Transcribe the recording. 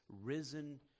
risen